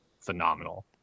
phenomenal